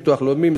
ביטוח לאומי,